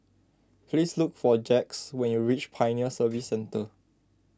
please look for Jax when you reach Pioneer Service Centre